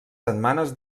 setmanes